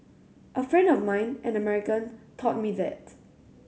a friend of mine an American taught me that